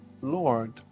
Lord